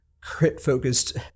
crit-focused